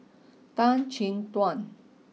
Tan Chin Tuan